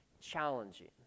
challenging